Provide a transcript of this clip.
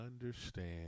understand